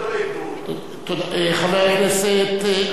חבר הכנסת עתניאל שנלר, בבקשה,